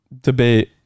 Debate